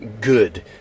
good